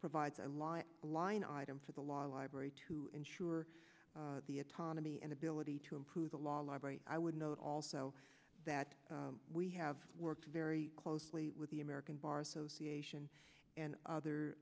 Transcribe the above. provides a line line item for the law library to ensure the autonomy and ability to improve the law library i would note also that we have worked very closely with the american bar association and other